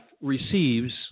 receives